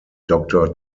doctor